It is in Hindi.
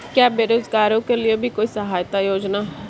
क्या बेरोजगारों के लिए भी कोई सहायता योजना है?